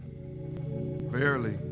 Verily